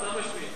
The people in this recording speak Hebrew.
אתה משמיץ.